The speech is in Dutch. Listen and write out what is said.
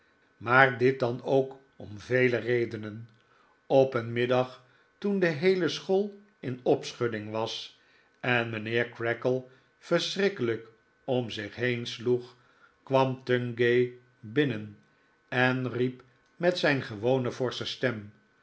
maar dit dan ook om vele redenen op een middag toen de heele school in opschudding was en mijnheer creakle verschrikkelijk om zich heen sloeg kwam tungay binnen en riep met zijn gewone forsche stem